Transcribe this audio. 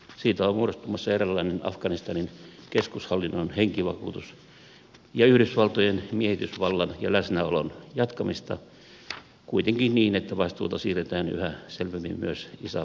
siitä on muodostumassa eräänlainen afganistanin keskushallinnon henkivakuutus ja yhdysvaltojen miehitysvallan ja läsnäolon jatkamista kuitenkin niin että vastuuta siirretään yhtä selvemmin myös isaf liittolaisille